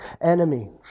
enemy